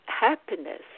happiness